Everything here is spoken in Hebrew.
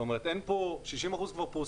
כלומר, 60 אחוזים כבר פרוסים.